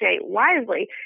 wisely